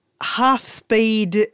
half-speed